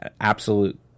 absolute